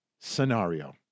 scenario